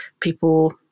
people